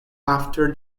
after